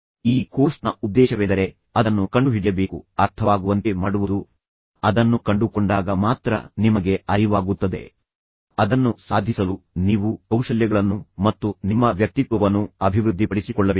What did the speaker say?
ಈಗ ಈ ಕೋರ್ಸ್ನ ಒಂದು ಉದ್ದೇಶವೆಂದರೆ ನೀವು ಅದನ್ನು ಕಂಡುಹಿಡಿಯಬೇಕು ಎಂದು ನಿಮಗೆ ಅರ್ಥವಾಗುವಂತೆ ಮಾಡುವುದು ಮತ್ತು ನಂತರ ನೀವು ಅದನ್ನು ಕಂಡುಕೊಂಡಾಗ ಮಾತ್ರ ನಿಮಗೆ ಅರಿವಾಗುತ್ತದೆ ಅದನ್ನು ಸಾಧಿಸಲು ನೀವು ಕೌಶಲ್ಯಗಳನ್ನು ಮತ್ತು ನಿಮ್ಮ ವ್ಯಕ್ತಿತ್ವವನ್ನು ಅಭಿವೃದ್ಧಿಪಡಿಸಿಕೊಳ್ಳಬೇಕು